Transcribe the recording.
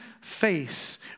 face